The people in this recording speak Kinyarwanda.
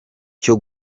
cyo